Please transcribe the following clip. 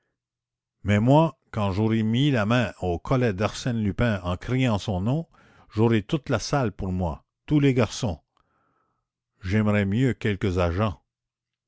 mais moi quand j'aurais mis la main au collet d'arsène lupin en criant son nom j'aurai toute la salle pour moi tous les garçons j'aimerais mieux quelques agents